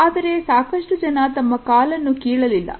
ಆದರೆ ಸಾಕಷ್ಟು ಜನ ತಮ್ಮ ಕಾಲನ್ನು ಕೀಳಲಿಲ್ಲ